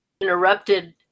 interrupted